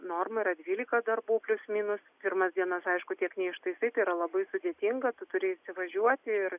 norma yra dvylika darbų plius minus pirmas dienas aišku tiek neištaisai tai yra labai sudėtinga tu turi įsivažiuoti ir